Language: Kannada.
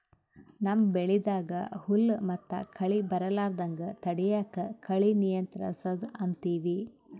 ನಮ್ಮ್ ಬೆಳಿದಾಗ್ ಹುಲ್ಲ್ ಮತ್ತ್ ಕಳಿ ಬರಲಾರದಂಗ್ ತಡಯದಕ್ಕ್ ಕಳಿ ನಿಯಂತ್ರಸದ್ ಅಂತೀವಿ